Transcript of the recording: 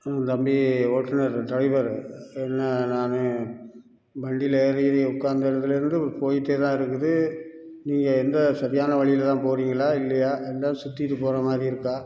தம்பி ஓட்டுநர் டிரைவர் என்ன நான் வண்டியில் ஏறி உட்காந்த இடத்துலேருந்து போயிகிட்டே தான் இருக்குது நீங்கள் எந்த சரியான வழியில தான் போறிங்களா இல்லையா இல்லை சுற்றிக்கிட்டு போகிற மாதிரி இருக்கா